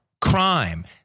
Crime